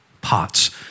pots